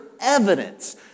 evidence